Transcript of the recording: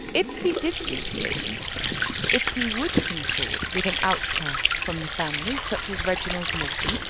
if he did these things if he would consort with an outcast from the family such as reginald morton,